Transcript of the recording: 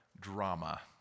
Drama